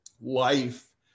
life